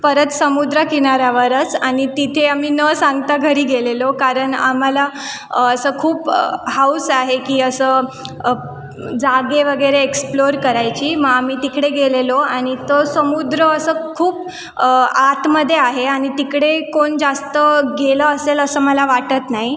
परत समुद्र किनाऱ्यावरच आणि तिथे आम्ही न सांगता घरी गेलेलो कारण आम्हाला खूप हौस आहे की असं जागा वगैरे एक्स्प्लोर करायची मग आम्ही तिकडे गेलेलो आणि तो समुद्र असं खूप आतमध्ये आहे आणि तिकडे कोण जास्त गेलं असेल असं मला वाटत नाही